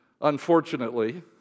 unfortunately